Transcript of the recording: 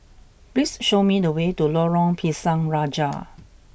please show me the way to Lorong Pisang Raja